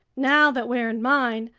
now that we're in mine,